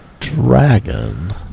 dragon